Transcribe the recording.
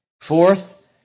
Fourth